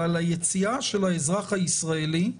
על היציאה של האזרח הישראלי